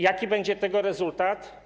Jaki będzie tego rezultat?